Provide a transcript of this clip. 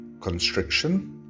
constriction